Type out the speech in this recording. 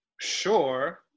sure